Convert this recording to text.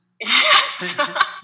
Yes